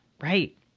Right